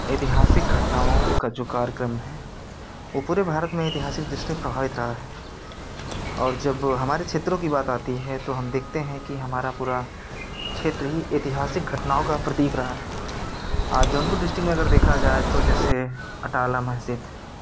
ऐतिहासिक घटनाओं का जो कार्यक्रम है वो पूरे भारत में ऐतिहासिक दृष्टि प्रभावित रहा है और जब हमारे क्षेत्रों की बात आती है तो हम देखते हैं कि हमारा पूरा क्षेत्र ही ऐतिहासिक घटनाओं का प्रतीक रहा है जौनपुर डिस्ट्रिक्ट में देखा जाए तो जैसे अटाला मस्जिद